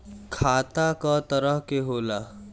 खाता क तरह के होला?